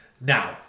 now